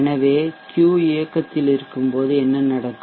எனவே Q இயக்கத்தில் இருக்கும்போது என்ன நடக்கும்